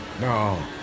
No